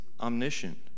omniscient